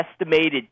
estimated